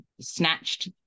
snatched